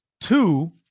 two